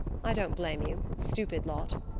i don't blame you stupid lot!